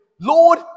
Lord